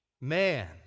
man